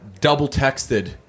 double-texted